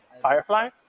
Firefly